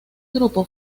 grupo